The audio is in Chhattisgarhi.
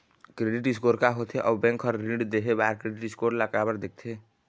क्रेडिट स्कोर का होथे अउ बैंक हर ऋण देहे बार क्रेडिट स्कोर ला काबर देखते?